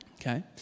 Okay